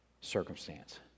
circumstance